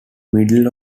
middle